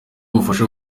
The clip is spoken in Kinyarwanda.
ubufasha